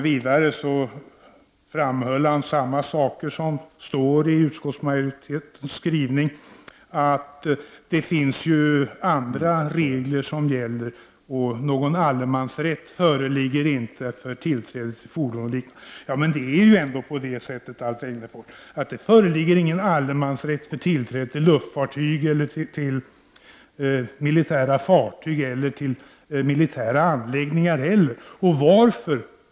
Vidare framhöll han det som står i utskottsmajoritetens skrivning, nämligen att det finns andra regler som gäller och att någon allemansrätt inte föreligger för tillträde till fordon och liknande. Men det föreligger ingen allemansrätt för tillträde till luftfartyg, militära fartyg eller militära anläggningar heller, Alf Egnerfors.